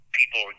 people